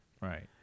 Right